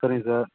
சரிங்க சார்